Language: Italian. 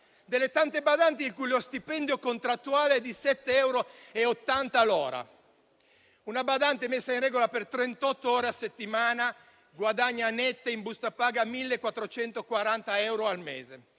delle tante badanti il cui stipendio contrattuale è di 7,80 euro all'ora. Una badante, messa in regola per trentotto ore a settimana, guadagna netti, in busta paga, 1.440 euro al mese.